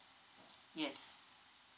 yes